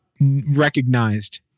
recognized